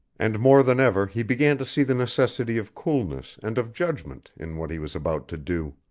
and more than ever he began to see the necessity of coolness and of judgment in what he was about to do.